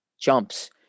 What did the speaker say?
jumps